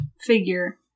Figure